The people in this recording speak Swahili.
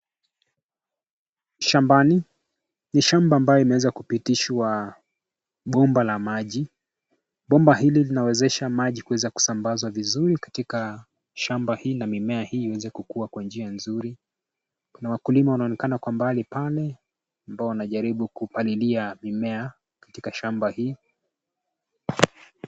Shambani , ni shamba ambayo imeweza kupitishwa bomba la maji. Bomba hili linawezesha maji kueza kusambazwa vizuri katika shamba hii na mimea hii iweze kukua kwa njia nzuri. Kuna wakulima wanaonekana kwa mbali pale, ambao wanajaribu kupalilia mimea katika shamba hii.